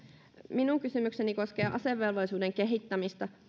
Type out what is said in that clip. minun kysymykseni koskee asevelvollisuuden kehittämistä